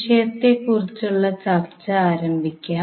വിഷയത്തെക്കുറിച്ചുള്ള ചർച്ച ആരംഭിക്കാം